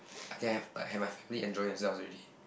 I can have I have my family enjoy themselves already